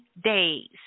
days